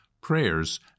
prayers